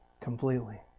Completely